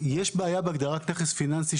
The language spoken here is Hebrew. בעיה בהגדרת "נכס פיננסי",